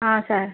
ହଁ ସାର୍